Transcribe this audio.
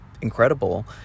incredible